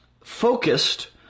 focused